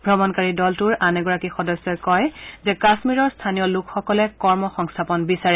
ত্ৰমণকাৰী দলটোৰ আন এগৰাকী সদস্যই কয় যে কাশ্মীৰৰ স্থানীয় লোকসকলে কৰ্মসংস্থাপন বিচাৰে